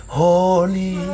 holy